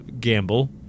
gamble